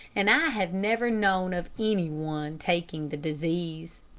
and i have never known of any one taking the disease.